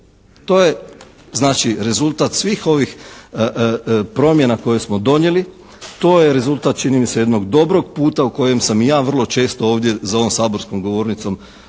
znači rezultat svih ovih promjena koje smo donijeli, to je rezultat čini mi se jednog dobrog puta o kojem sam i ja vrlo često ovdje za ovom saborskom govornicom nastupao